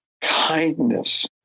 kindness